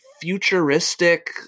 futuristic